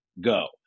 go